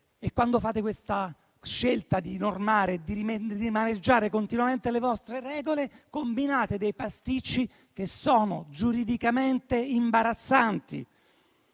Quando fate questa scelta di normare e di rimaneggiare continuamente le vostre regole, combinate pasticci giuridicamente imbarazzanti.